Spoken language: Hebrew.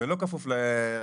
אני מקשיבה לך, אז למה אתה אומר?